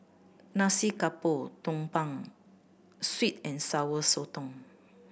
Nasi Campur Tumpeng Sweet and Sour Sotong